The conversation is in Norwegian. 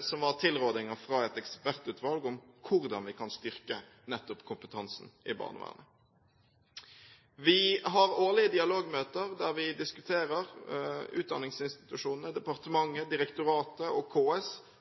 som var tilrådinger fra et ekspertutvalg om hvordan vi kan styrke nettopp kompetansen i barnevernet. På årlige dialogmøter diskuterer utdanningsinstitusjonene, departementet, direktoratet og KS